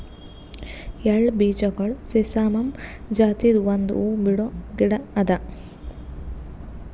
ಎಳ್ಳ ಬೀಜಗೊಳ್ ಸೆಸಾಮಮ್ ಜಾತಿದು ಒಂದ್ ಹೂವು ಬಿಡೋ ಗಿಡ ಅದಾ